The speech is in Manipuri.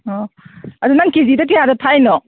ꯑꯣ ꯑꯗꯣ ꯅꯪ ꯀꯦ ꯖꯤꯗ ꯀꯌꯥꯗ ꯊꯥꯔꯤꯅꯣ